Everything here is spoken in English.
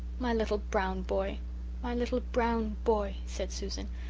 my little brown boy my little brown boy, said susan.